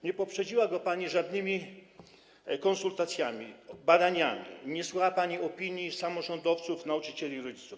Nie poprzedziła jej pani żadnymi konsultacjami, badaniami i nie słuchała pani opinii samorządowców, nauczycieli i rodziców.